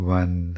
one